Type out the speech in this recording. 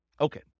Okay